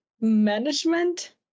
Management